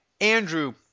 Andrew